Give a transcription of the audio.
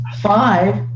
Five